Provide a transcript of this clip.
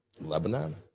Lebanon